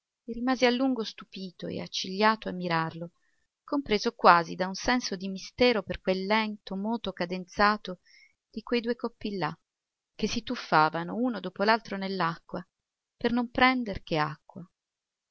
rimase a lungo stupito e accigliato a mirarlo compreso quasi da un senso di mistero per quel lento moto cadenzato di quei due coppi là che si tuffavano uno dopo l'altro nell'acqua per non prender che acqua